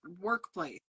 workplace